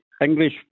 English